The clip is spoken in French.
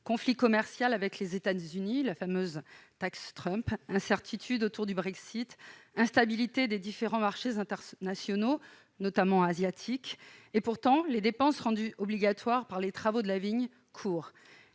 conflit commercial avec les États-Unis lié à la fameuse taxe Trump, incertitudes autour du Brexit, instabilité des marchés internationaux, notamment asiatiques ... Et pourtant, les dépenses nécessitées par les travaux de la vigne courent